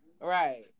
Right